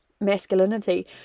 masculinity